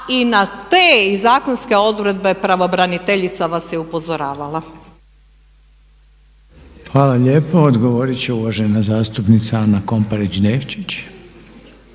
Hvala lijepo. Odgovorit će uvažena zastupnica Nada Turina-Đurić.